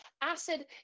Acid